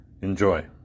Enjoy